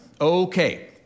Okay